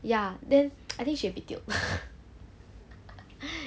ya then I think she a bit tilt